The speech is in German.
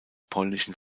polnischen